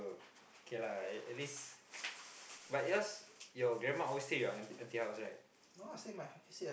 okay lah at least but yours your grandma always take your auntie house right